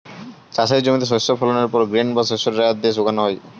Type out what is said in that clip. চাষের জমিতে শস্য ফলনের পর গ্রেন বা শস্য ড্রায়ার দিয়ে শুকানো হয়